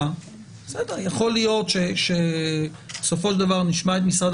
יכול להיות שבסופו של דבר כשנשמע את משרד